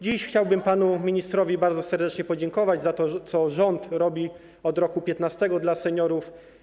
Dziś chciałbym panu ministrowi bardzo serdecznie podziękować za to, co rząd robi od roku 2015 dla seniorów.